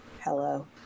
hello